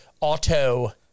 auto